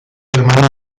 hermano